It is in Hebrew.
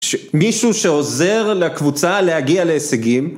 מישהו שעוזר לקבוצה להגיע להישגים